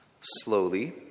slowly